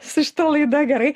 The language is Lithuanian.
su šita laida gerai